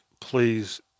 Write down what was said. please